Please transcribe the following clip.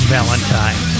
Valentine